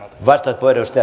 arvoisa puhemies